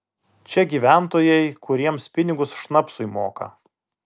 čia gyventojai kuriems pinigus šnapsui moka